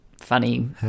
funny